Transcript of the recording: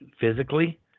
physically